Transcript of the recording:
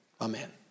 Amen